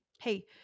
hey